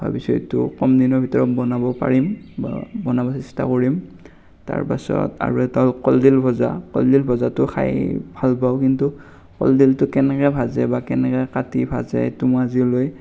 ভাবিছোঁ এইটো কম দিনৰ ভিতৰত বনাব পাৰিম বা বনাব চেষ্টা কৰিম তাৰ পাছত আৰু এটা হ'ল কলদিল ভজা কলদিল ভজাটো খাই ভাল পাওঁ কিন্তু কলদিলটো কেনেকৈ ভাজে বা কেনেকৈ কাটি ভাজে সেইটো মই আজিলৈ